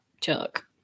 Chuck